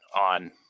on